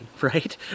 right